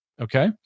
Okay